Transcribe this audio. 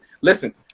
Listen